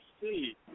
see